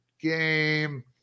game